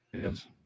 Yes